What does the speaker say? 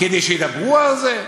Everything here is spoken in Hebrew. כדי שידברו על זה?